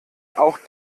auch